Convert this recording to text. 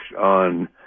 on